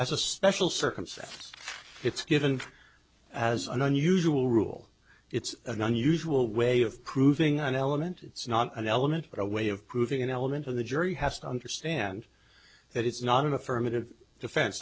as a special circumstance it's given as an unusual rule it's an unusual way of proving an element it's not an element or a way of proving an element of the jury has to understand that it's not an affirmative defen